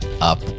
up